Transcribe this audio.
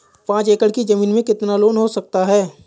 पाँच एकड़ की ज़मीन में कितना लोन हो सकता है?